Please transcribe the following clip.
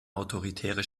autoritäre